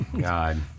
God